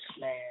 man